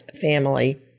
family